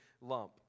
lump